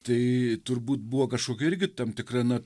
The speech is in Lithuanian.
tai turbūt buvo kažkokia irgi tam tikra na